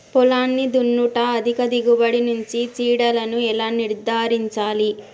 పొలాన్ని దున్నుట అధిక దిగుబడి నుండి చీడలను ఎలా నిర్ధారించాలి?